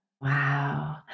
Wow